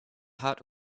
hot